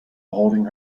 holding